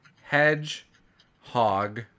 Hedgehog